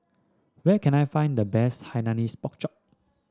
where can I find the best Hainanese Pork Chop